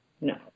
no